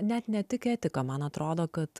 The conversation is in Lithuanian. net ne tik etika man atrodo kad